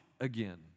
again